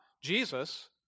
Jesus